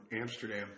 Amsterdam